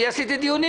אני עשיתי דיונים,